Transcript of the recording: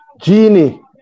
Genie